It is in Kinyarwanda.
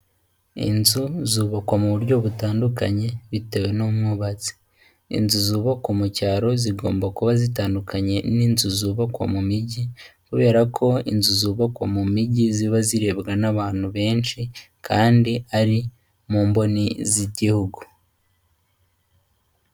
Inzu zubakwa mu buryo butandukanye bitewe n'umwubatsi. Inzu zubakwa mu cyaro zigomba kuba zitandukanye n'inzu zubakwa mu mijyi, kubera ko inzu zubakwa mu mijyi ziba zirebwa n'abantu benshi kandi ari mu mboni z'igihugu.